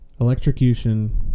electrocution